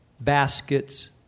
baskets